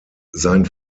sein